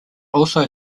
also